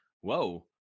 whoa